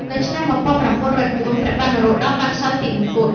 នៅឆ្នាំ ១៩០៤ ព្រះបាទនរោត្តមបានសោយទីវង្គត។